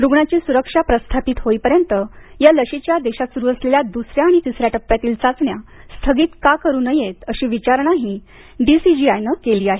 रुग्णाची सुरक्षा प्रस्थापित होईपर्यंत या लशीच्या देशात सूरु असलेल्या दूसऱ्या आणि तिसऱ्या टप्प्यातील चाचण्या स्थगित का करू नयेत अशी विचारणाही डी सी जी आय नं या नोटिशीत केली आहे